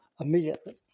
immediately